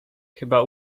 chyba